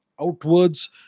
outwards